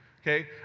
okay